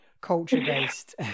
culture-based